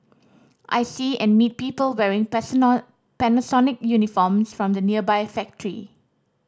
I see and meet people wearing personal Panasonic uniforms from the nearby factory